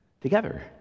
together